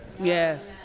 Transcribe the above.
Yes